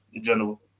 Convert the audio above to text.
general